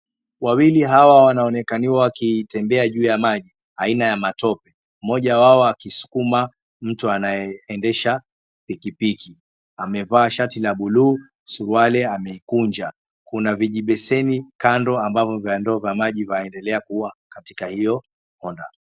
Wawili hawa wanaonekaniwa wakitembea juu ya maji aina ya matope. Mmoja wao akiskuma mtu anayeendesha pikipiki, amevaa shati la buluu, suruali ameikunja. Kuna vijibeseni kando ambavyo ni vya ndoo ya maji vinaendelea kuwa katika hiyo Honda.